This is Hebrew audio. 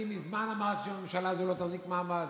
אני מזמן אמרתי שהממשלה הזאת לא תחזיק מעמד,